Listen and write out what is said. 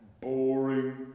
boring